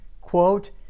quote